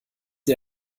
sie